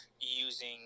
using